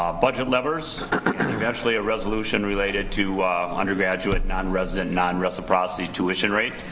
um budget levers and eventually a resolution related to undergraduate nonresident, non-reciprocity tuition rate.